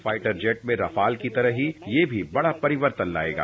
fighter jet में Rafale की तरह ही ये भी बड़ा परिवर्तन लाएगा